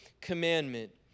commandment